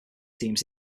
teams